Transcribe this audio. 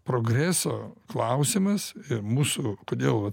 progreso klausimas mūsų kodėl vat